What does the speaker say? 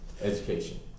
education